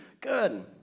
Good